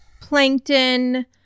plankton